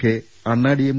K അണ്ണാഡിഎം